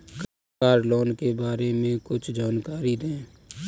Car loan के बारे में कुछ जानकारी दें?